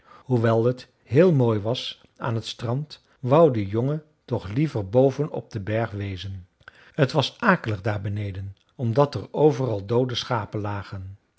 hoewel t heel mooi was aan t strand wou de jongen toch liever boven op den berg wezen t was akelig daar beneden omdat er overal doode schapen lagen